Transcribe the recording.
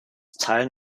teilen